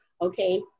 okay